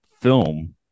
film